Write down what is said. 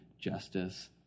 justice